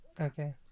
Okay